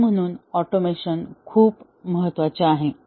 आणि म्हणून ऑटोमेशन खूप महत्वाचे आहे